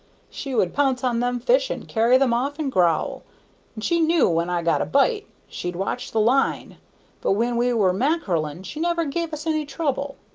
she would pounce on them fish and carry them off and growl, and she knew when i got a bite she'd watch the line but when we were mackereling she never give us any trouble.